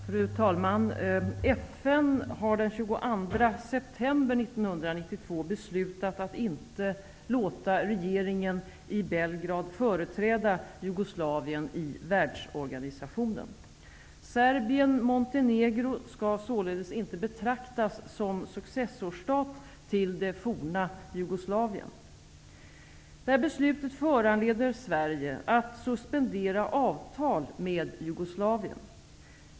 Fru talman! FN har den 22 september 1992 beslutat att inte låta regeringen i Belgrad företräda Montenegro skall således inte betraktas som successorstat till det forna Jugoslavien. Detta beslut föranleder Sverige att suspendera avtal med Jugoslavien.